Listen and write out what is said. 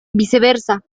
viceversa